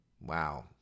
Wow